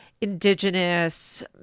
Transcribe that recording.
indigenous